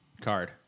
card